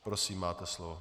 Prosím, máte slovo.